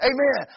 Amen